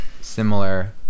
similar